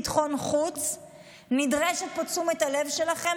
ביטחון חוץ נדרשת פה תשומת הלב שלכם,